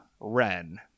Ren